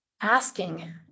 asking